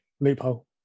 loophole